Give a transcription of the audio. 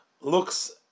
looks